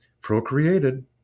procreated